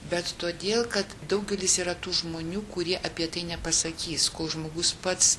bet todėl kad daugelis yra tų žmonių kurie apie tai nepasakys kol žmogus pats